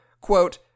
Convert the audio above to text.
quote